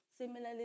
Similarly